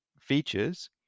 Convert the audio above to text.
features